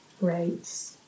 right